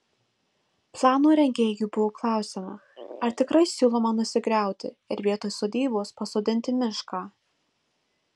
plano rengėjų buvo klausiama ar tikrai siūloma nusigriauti ir vietoj sodybos pasodinti mišką